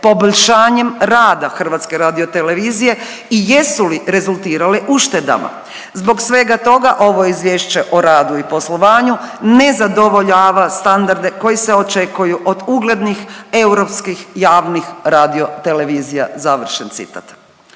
poboljšanjem rada HRT-a i jesu li rezultirale uštedama. Zbog svega toga ovo izvješće o radu i poslovanju ne zadovoljava standarde koji se očekuju od uglednih europskih javnih radio televizija.“ Završen citat.